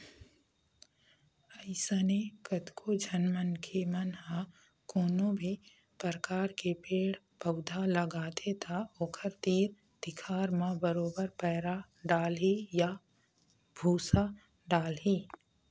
अइसने कतको झन मनखे मन ह कोनो भी परकार के पेड़ पउधा लगाथे त ओखर तीर तिखार म बरोबर पैरा डालही या भूसा डालही